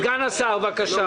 אבי, בבקשה.